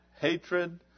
hatred